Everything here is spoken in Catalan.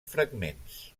fragments